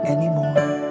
Anymore